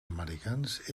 americans